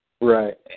Right